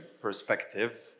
perspective